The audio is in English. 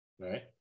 Right